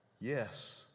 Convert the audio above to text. yes